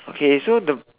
okay so the